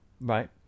Right